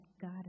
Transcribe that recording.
God